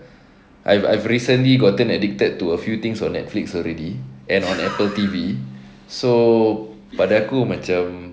I've I've recently gotten addicted to a few things on Netflix already and on Apple T_V so pada aku macam